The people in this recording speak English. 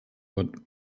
would